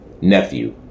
Nephew